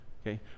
okay